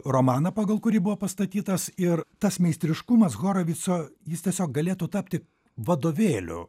romaną pagal kurį buvo pastatytas ir tas meistriškumas horavico jis tiesiog galėtų tapti vadovėliu